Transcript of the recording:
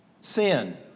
sin